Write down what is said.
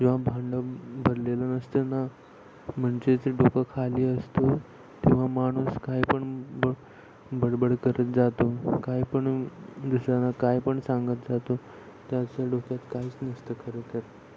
जेव्हा भांडं भरलेलं नसतं ना म्हणजेचं डोकं खाली असतो तेव्हा माणूस काय पण ब बडबड करत जातो काय पण दिसताना काय पण सांगत जातो त्याच्या डोक्यात काहीच नसतं खरं तर